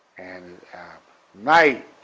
and night.